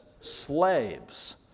slaves